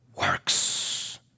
works